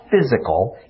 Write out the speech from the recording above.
physical